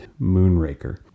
moonraker